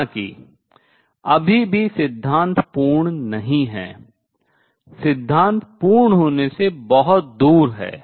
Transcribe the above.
हालाँकि अभी भी सिद्धांत पूर्ण नहीं है सिद्धांत पूर्ण होने से बहुत दूर है